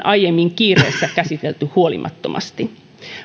aiemmin kiireessä käsitelty huolimattomasti